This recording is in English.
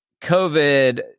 COVID